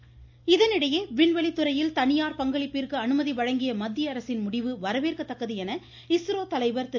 இஸ்ரோ சிவன் விண்வெளி துறையில் தனியார் பங்களிப்பிற்கு அனுமதி வழங்கிய மத்திய அரசின் முடிவு வரவேற்கத்தக்கது என இஸ்ரோ தலைவர் திரு